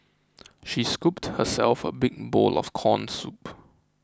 she scooped herself a big bowl of Corn Soup